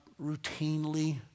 routinely